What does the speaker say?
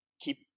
keep